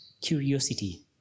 curiosity